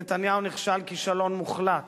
נתניהו נכשל כישלון מוחלט